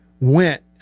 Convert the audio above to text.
went